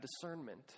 discernment